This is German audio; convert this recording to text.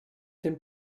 dem